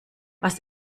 was